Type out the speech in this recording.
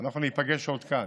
אנחנו ניפגש עוד כאן,